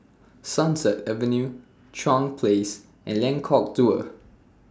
Sunset Avenue Chuan Place and Lengkok Dua